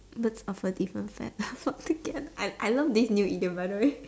birds of a different feather flock together I I love this new idiom by the way